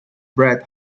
brett